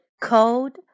Cold